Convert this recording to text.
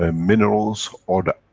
ah minerals, or the,